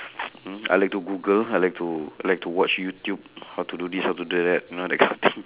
mm I like to google I like to I like to watch youtube how to do this how to do that you know that kind of thing